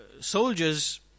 soldiers